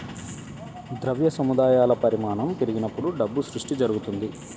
ద్రవ్య సముదాయాల పరిమాణం పెరిగినప్పుడు డబ్బు సృష్టి జరుగుతది